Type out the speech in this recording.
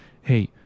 hey